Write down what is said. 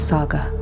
Saga